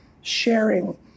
sharing